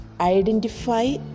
Identify